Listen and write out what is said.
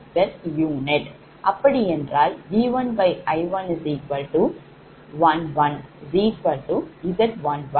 அப்படி என்றால் V1I111Z11 ஆக Z1111